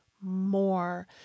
more